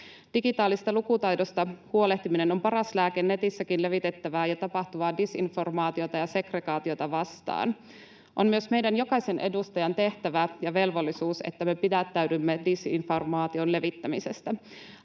Digitaalisesta lukutaidosta huolehtiminen on paras lääke netissäkin levitettävää ja tapahtuvaa disinformaatiota ja segregaatiota vastaan. On myös meidän jokaisen edustajan tehtävä ja velvollisuus, että me pidättäydymme disinformaation levittämisestä.